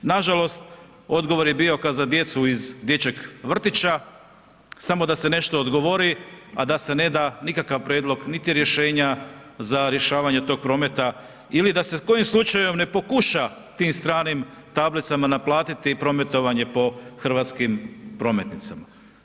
Nažalost, odgovor je bio kao za djecu iz dječjeg vrtića, samo da se nešto odgovori, a da se ne da nikakav prijedlog, niti rješenja za rješavanje tog prometa ili da se kojim slučajem ne pokuša tim stranim tablicama naplatiti prometovanje po hrvatskim prometnicama.